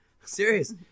Serious